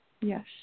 Yes